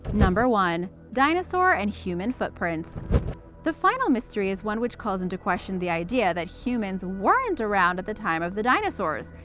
one. dinosaur and human footprints the final mystery is one which calls into question the idea that humans weren't around at the time of the dinosaurs,